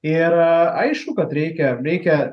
ir aišku kad reikia reikia